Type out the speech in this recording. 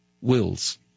wills